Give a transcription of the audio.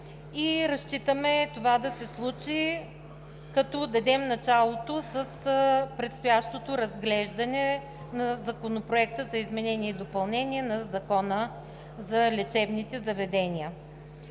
разчитаме това да се случи, като дадем началото с предстоящото разглеждане на Законопроекта за изменение и допълнение на Закона за лечебните заведения.